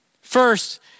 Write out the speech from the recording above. First